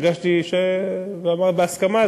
הרגשתי שזה עבר בהסכמה,